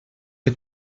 que